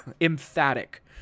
emphatic